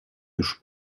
już